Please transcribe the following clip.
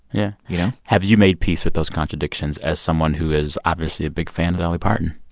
yeah yeah. have you made peace with those contradictions as someone who is obviously a big fan of dolly parton?